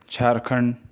Jharkhand